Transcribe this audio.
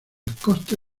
coste